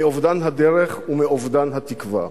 מאובדן הדרך ומאובדן התקווה.